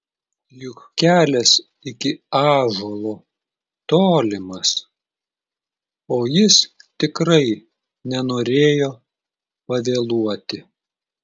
juk kelias iki ąžuolo tolimas o jis tikrai nenorėjo pavėluoti